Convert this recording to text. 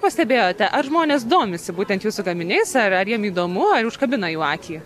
pastebėjote ar žmonės domisi būtent jūsų gaminiais ar jiem įdomu ar užkabina jų akį